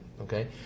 okay